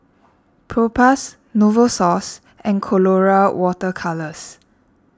Propass Novosource and Colora Water Colours